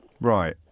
Right